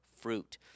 fruit